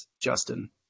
Justin